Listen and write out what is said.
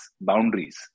boundaries